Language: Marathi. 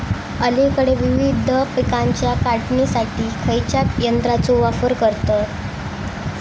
अलीकडे विविध पीकांच्या काढणीसाठी खयाच्या यंत्राचो वापर करतत?